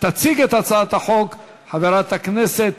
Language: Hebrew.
תציג את הצעת החוק חברת הכנסת